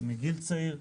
מגיל צעיר.